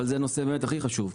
אבל זהו הנושא הכי חשוב,